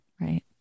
Right